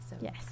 Yes